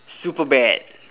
super bat